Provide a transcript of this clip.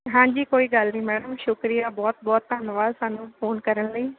ਹਾਂਜੀ ਕੋਈ ਗੱਲ ਨਹੀਂ ਮੈਡਮ ਸ਼ੁਕਰੀਆ ਬਹੁਤ ਬਹੁਤ ਧੰਨਵਾਦ ਸਾਨੂੰ ਫੋਨ ਕਰਨ ਲਈ